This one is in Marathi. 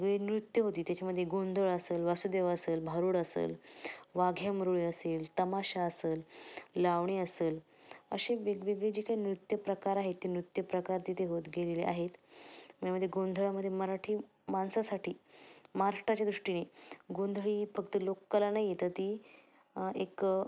वेगवेगळी नृत्यं होती त्याच्यामध्ये गोंधळ असेल वासुदेव असेल भारुड असेल वाघ्यामुरळी असेल तमाशा असेल लावणी असेल अशी वेगवेगळी जी काही नृत्यप्रकार आहेत ते नृत्यप्रकार तिथे होत गेलेले आहेत त्यामध्ये गोंधळामध्ये मराठी माणसासाठी महाराष्ट्राच्या दृष्टीने गोंधळी फक्त लोककला नाही आहे तर ती एक